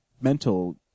mental